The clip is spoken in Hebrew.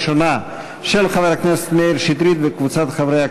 של חבר הכנסת מאיר שטרית וקבוצת חברי הכנסת,